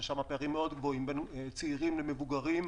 שם הפערים מאוד גבוהים בין צעירים למבוגרים,